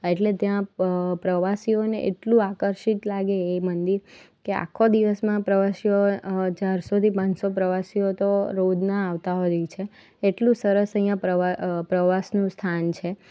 એટલે ત્યાં પ્રવાસીઓને એટલું આકર્ષિત લાગે એ મંદિર કે આખો દિવસમાં પ્રવાસીઓ ચારસોથી પાંચસો પ્રવાસીઓ તો રોજના આવતા હોય દિવસે એટલું સરસ અહીંયાં પ્રવાસનું સ્થાન છે